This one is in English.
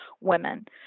women